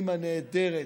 אימא נהדרת,